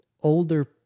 older